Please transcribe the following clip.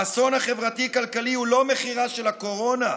האסון החברתי-כלכלי הוא לא מחירה של הקורונה,